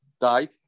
died